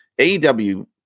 AEW